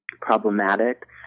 problematic